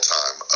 time